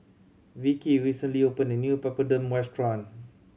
Vicki recently opened a new Papadum restaurant